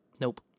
Nope